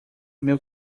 meu